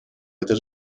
это